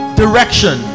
direction